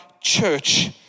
church